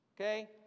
Okay